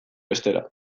bestera